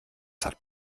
hat